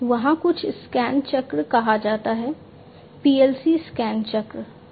वहाँ कुछ स्कैन चक्र कहा जाता है PLC स्कैन चक्र